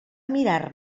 mirar